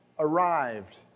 arrived